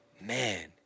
man